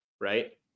right